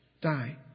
die